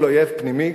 מול אויב פנימי,